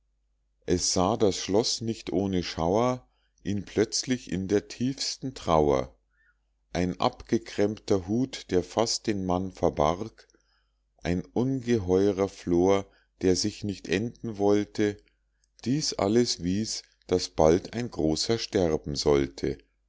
es sah das schloß nicht ohne schauer ihn plötzlich in der tiefsten trauer ein abgekrempter hut der fast den mann verbarg ein ungeheurer flor der sich nicht enden wollte dies alles wies daß bald ein großer sterben sollte